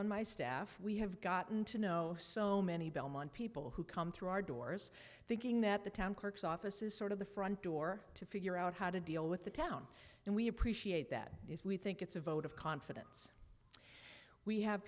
on my staff we have gotten to know so many belmont people who come through our doors thinking that the town clerk's office is sort of the front door to figure out how to deal with the town and we appreciate that is we think it's a vote of confidence we have